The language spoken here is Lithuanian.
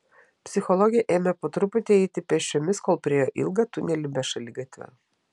psichologė ėmė po truputį eiti pėsčiomis kol priėjo ilgą tunelį be šaligatvio